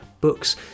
books